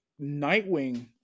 nightwing